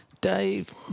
Dave